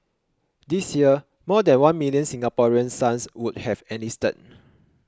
this year more than one million Singaporean sons would have enlisted